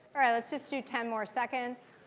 let's just do ten more seconds.